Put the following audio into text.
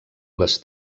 les